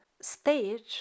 stage